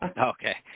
Okay